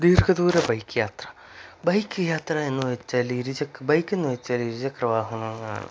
ദീർഘ ദൂര ബൈക്ക് യാത്ര ബൈക്ക് യാത്ര എന്ന് വെച്ചാൽ ഇരുചക്ര ബൈക്ക് എന്ന് വെച്ചാൽ ഇരുചക്രവാഹനമാണ്